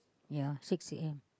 ya six a_m